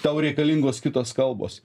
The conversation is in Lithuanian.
tau reikalingos kitos kalbos